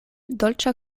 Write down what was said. dolĉa